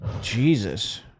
Jesus